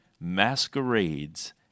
masquerades